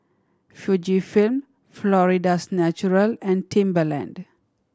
Fujifilm Florida's Natural and Timberland